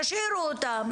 תשאירו אותם.